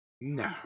No